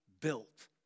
built